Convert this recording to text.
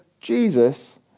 Jesus